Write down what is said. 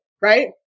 Right